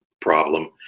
problem